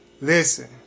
Listen